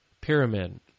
pyramid